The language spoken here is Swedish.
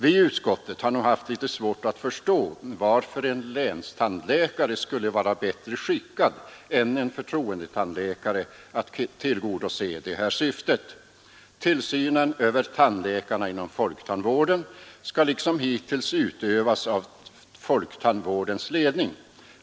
Vi i utskottet har nog haft litet svårt att förstå varför en länstandläkare skulle vara bättre skickad än en förtroendetandläkare att tillgodose det här syftet. Tillsynen över tandläkarna inom folktandvården skall liksom hittills utövas av folktandvårdens ledning.